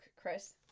Chris